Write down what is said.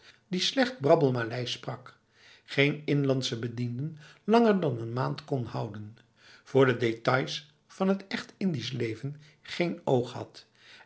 die slecht brabbelmaleis sprak geen inlandse bedienden langer dan een maand kon houden voor de details van het echt indisch leven geen oog had